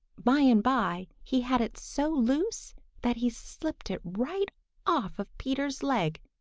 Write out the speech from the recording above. by and by he had it so loose that he slipped it right off of peter's leg,